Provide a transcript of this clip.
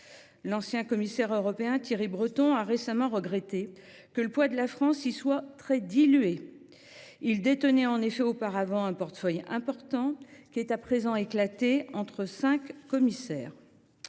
L’ancien commissaire européen Thierry Breton a récemment regretté que le poids de la France y soit « très dilué ». En effet, il détenait auparavant un portefeuille important, qui est à présent éclaté entre cinq commissaires.